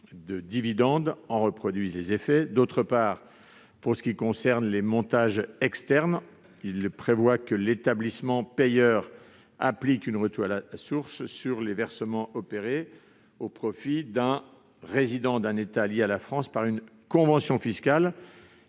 de dividendes, en reproduisent les effets. D'autre part, pour ce qui est des montages externes, l'amendement prévoit que l'établissement payeur applique une retenue à la source nulle sur les versements opérés au profit d'un résident d'un État lié à la France par une convention fiscale.